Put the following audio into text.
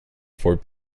for